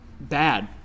bad